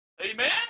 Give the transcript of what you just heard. Amen